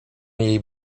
jej